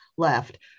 left